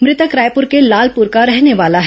मृतक रायपुर के लालपुर का रहने वाला है